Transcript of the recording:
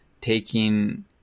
taking